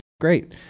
great